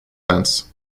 events